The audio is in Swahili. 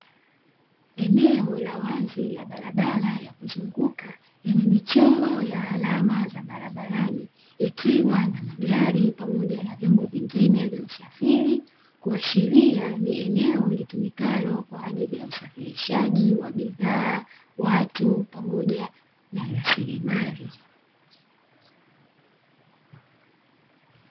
Eneo la wazi la barabara ya kuzunguka, yenye michoro ya alama za barabarani, ikiwa na magari pamoja na vyombo vingine vya usafiri. Kuashiria ni eneo litumikalo kwa ajili ya usafirishaji wa bidhaa, watu pamoja na rasilimali.